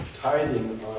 tithing